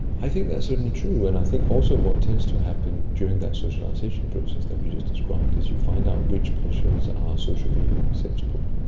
i think that's certainly true, and i think also what tends to happen during that socialisation process that you just described is you find out which pleasures are socially acceptable.